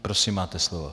Prosím, máte slovo.